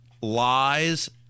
lies